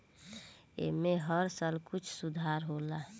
ऐमे हर साल कुछ सुधार होला